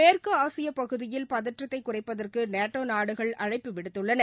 மேற்கு ஆசியப் பகுதியில் பதற்றத்தை குறைப்பதற்கு நேட்டோ நாடுகள் அழைப்பு விடுத்துள்ளன